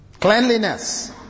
Cleanliness